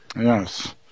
Yes